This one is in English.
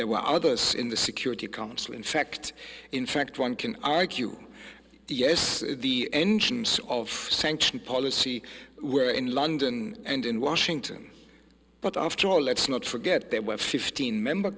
there were others in the security council in fact in fact one can argue yes the engines of sanction policy were in london and in washington but after all let's not forget there were fifteen member